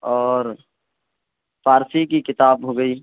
اور فارسی کی کتاب ہوگئی